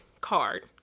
card